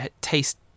taste